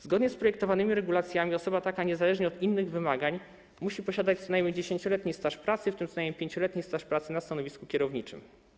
Zgodnie z projektowanymi regulacjami osoba taka niezależnie od innych wymagań musi posiadać co najmniej 10-letni staż pracy, w tym co najmniej 5-letni staż pracy na stanowisku kierowniczym.